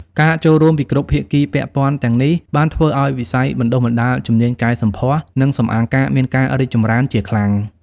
ការចូលរួមពីគ្រប់ភាគីពាក់ព័ន្ធទាំងនេះបានធ្វើឱ្យវិស័យបណ្តុះបណ្តាលជំនាញកែសម្ផស្ស និងសម្អាងការមានការរីកចម្រើនជាខ្លាំង។